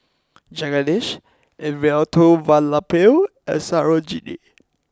Jagadish Elattuvalapil and Sarojini